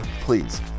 please